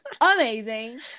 amazing